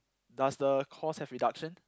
does the course have reduction